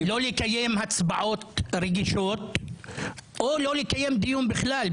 טיבי ----- בין לא לקיים הצבעות רגישות; או לא לקיים דיון בכלל.